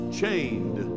chained